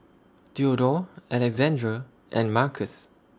Theodore Alexandre and Marcus